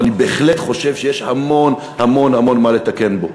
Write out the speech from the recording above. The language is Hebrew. אבל אני בהחלט חושב שיש המון המון המון מה לתקן בו.